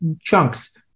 chunks